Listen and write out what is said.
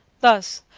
thus,